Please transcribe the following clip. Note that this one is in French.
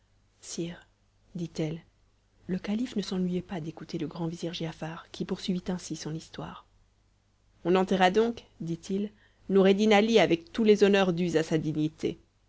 dit-elle le calife ne s'ennuyait pas d'écouter le grand vizir giafar qui poursuivit ainsi son histoire on enterra donc dit-il noureddin ali avec tous les honneurs dus à sa dignité